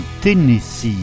Tennessee